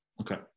Okay